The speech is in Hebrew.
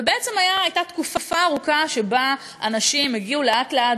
ובעצם הייתה תקופה ארוכה שבה אנשים הגיעו לאט-לאט,